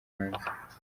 hanze